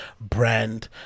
brand